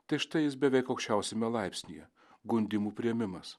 tai štai jis beveik aukščiausiame laipsnyje gundymų priėmimas